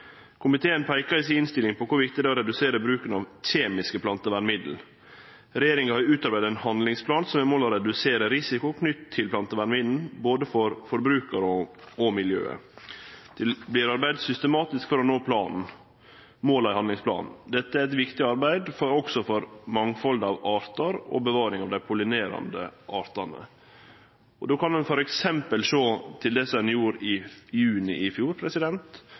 Komiteen peiker i si innstilling på kor viktig det er å redusere bruken av kjemiske plantevernmiddel. Regjeringa har utarbeidd ein handlingsplan som har som mål å redusere risiko knytt til plantevernmiddel, både for forbrukarane og for miljøet. Det vert arbeidd systematisk for å nå måla i handlingsplanen. Dette er eit viktig arbeid også for mangfaldet av artar og bevaring av dei pollinerande artane. Då kan ein t.d. sjå til det som ein gjorde i juni i fjor,